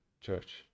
church